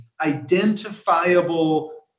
identifiable